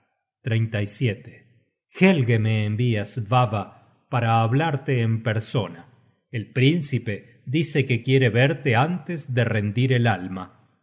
rey con vida sigar helge me envia svava para hablarte en persona el príncipe dice que quiere verte antes de rendir el alma